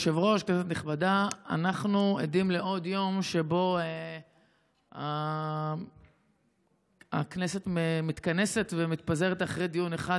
אנחנו עדים לעוד יום שבו הכנסת מתכנסת ומתפזרת אחרי דיון אחד,